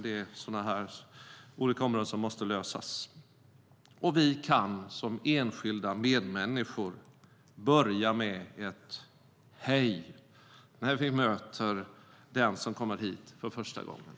Det är olika områden som måste få en lösning. Vi kan som enskilda medmänniskor börja med ett "Hej" när vi möter den som kommer hit för första gången.